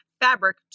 fabric